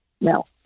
No